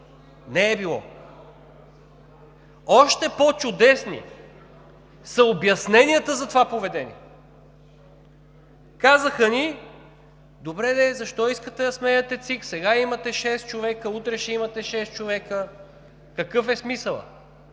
Не е било! Още по-чудесни са обясненията за това поведение. Казаха ни: „Добре, защо искате да сменяте ЦИК? Сега имате шест човека, утре ще имате шест човека. Какъв е смисълът?“